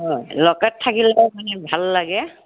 অ locket থাকিলে মানে ভাল লাগে